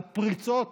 על פריצות